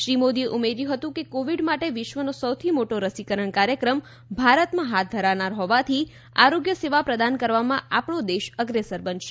શ્રી મોદી એ ઉમેર્યું હતી કે કોવિડ માટે વિશ્વનો સૌથી મોટો રસીકરણ કાર્યક્રમ ભારતમાં હાથ ધરનાર હોવાથી આરોગ્ય સેવા પ્રદાન કરવામાં આપનો દેશ અગ્રેસર બનશે